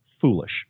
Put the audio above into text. foolish